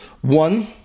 One